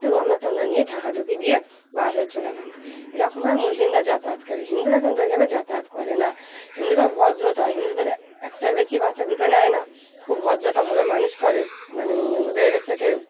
একটু রান্না টান্না নিয়ে ঢাকাঢুকি দিয়ে বার হয়ে চলে গেল এরকমভাবে মুসলিমরা যাতায়াত করে হিন্দুরা কিন্তু ওইভাবে যাতায়াত করে না হিন্দুরা ভদ্রতা হিন্দুদের একটার বেশি বাচ্চা দুটো নেয় না খুব ভদ্রতাভাবে মানুষ করে মানে ওদের হচ্ছে গিয়ে